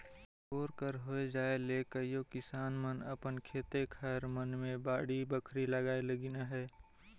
bore कर होए जाए ले कइयो किसान मन अपन खेते खाएर मन मे बाड़ी बखरी लगाए लगिन अहे